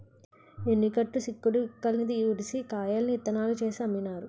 ఎన్ని కట్టు చిక్కుడు పిక్కల్ని ఉడిసి కాయల్ని ఇత్తనాలు చేసి అమ్మినారు